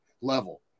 level